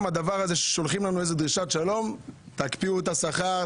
שולחים לנו "דרישת שלום" תקפיאו את השכר,